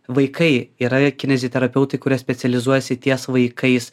vaikai yra kineziterapeutai kurie specializuojasi ties vaikais